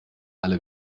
alle